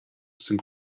sind